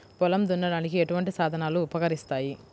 పొలం దున్నడానికి ఎటువంటి సాధనాలు ఉపకరిస్తాయి?